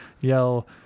yell